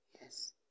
Yes